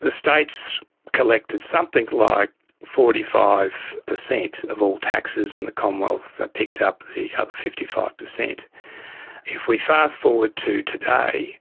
the states collected something like forty five percent of all taxes, and the commonwealth picked up the other fifty five percent. if we fast-forward to today,